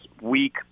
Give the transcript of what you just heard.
week